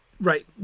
Right